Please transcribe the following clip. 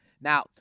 Now